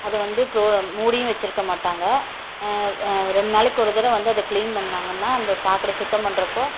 அது வந்து குலோ மூடியும் வச்சிருக்கமாட்டாங்க ரெண்டு நாளைக்கு ஒரு தடவை வந்து அதை கிளீன் பண்ணுனாங்கனால் அந்த சாக்கடை சுத்தம் பண்றப்போ